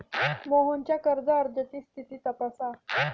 मोहनच्या कर्ज अर्जाची स्थिती तपासा